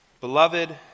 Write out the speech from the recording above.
Beloved